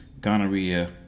gonorrhea